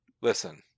Listen